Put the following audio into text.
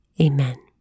Amen